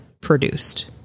produced